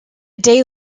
day